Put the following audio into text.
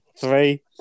Three